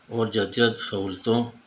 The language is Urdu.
اور جدید سہولتوں